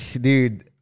dude